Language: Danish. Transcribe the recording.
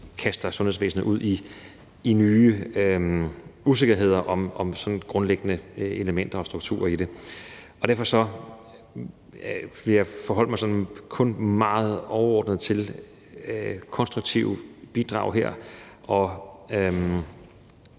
kaster sundhedsvæsenet ud i nye usikkerheder om sådan grundlæggende elementer og strukturer. Derfor vil jeg kun forholde mig sådan meget overordnet til konstruktive bidrag her.